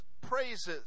praises